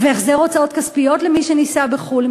החזר הוצאות כספיות למי שנישא בחו"ל.